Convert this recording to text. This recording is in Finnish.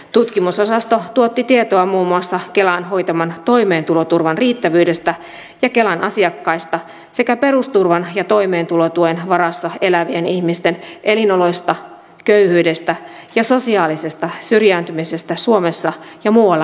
tutkimusosasto tuotti tietoa muun muassa kelan hoitaman toimeentuloturvan riittävyydestä ja kelan asiakkaista sekä perusturvan ja toimeentulotuen varassa elävien ihmisten elinoloista köyhyydestä ja sosiaalisesta syrjääntymisestä suomessa ja muualla euroopassa